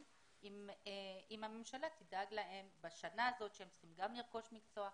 אם הממשלה תדאג להם בשנה הזאת שהם צריכים גם לרכוש מקצוע,